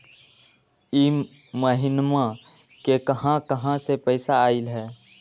इह महिनमा मे कहा कहा से पैसा आईल ह?